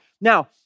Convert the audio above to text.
Now